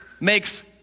makes